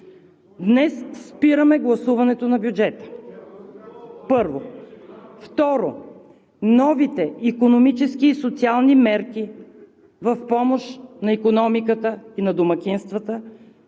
днес спираме гласуването на бюджета, първо. Второ, новите икономически и социални мерки в помощ на икономиката и на домакинствата